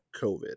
COVID